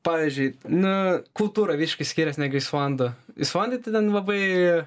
pavyzdžiui nu kultūra visiškai skiriasi negu islandų islandai tai ten labai